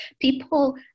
people